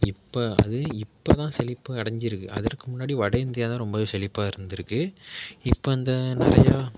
அது இப்போ இப்போதான் செழிப்பு அடைஞ்சுருக்கு அதற்கு முன்னாடி வடஇந்தியா தான் ரொம்பவே செழிப்பாக இருந்திருக்கு இப்போ இந்த